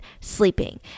sleeping